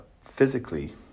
physically